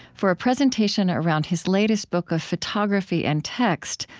for a presentation around his latest book of photography and text,